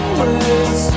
words